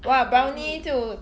!wah! brownie 就